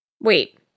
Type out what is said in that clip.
Wait